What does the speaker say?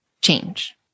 change